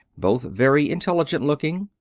both very intelligent-looking,